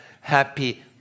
happy